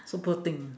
so poor thing ah